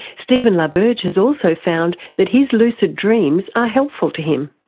stephen la berge has also found that his lucid dreams are helpful to him.